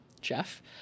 Jeff